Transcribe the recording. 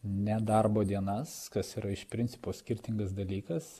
nedarbo dienas kas yra iš principo skirtingas dalykas